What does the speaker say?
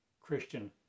Christian